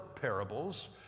parables